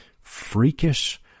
freakish